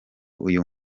uyu